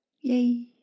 Yay